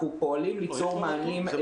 אנחנו פועלים ליצור מענים משלימים,